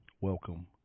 Welcome